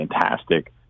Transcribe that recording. fantastic